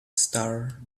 star